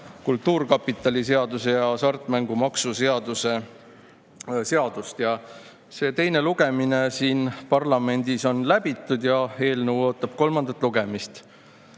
Kultuurkapitali seadust ja hasartmängumaksu seadust. Selle teine lugemine siin parlamendis on läbitud ja eelnõu ootab kolmandat lugemist. Aga